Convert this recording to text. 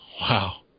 Wow